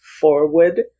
forward